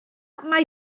mai